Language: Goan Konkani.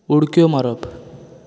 उडक्यो मारप